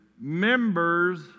members